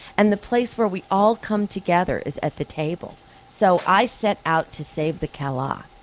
and the place where we all come together is at the table so i set out to save the cala.